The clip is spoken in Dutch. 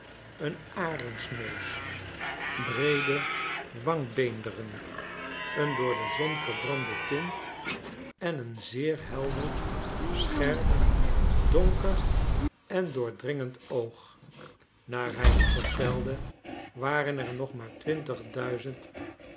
een arendsneus breede wangbeenderen een door de zon verbrande tint en een zeer helder scherp donker en doordringend oog naar hij me vertelde waren er nog maar